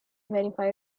verify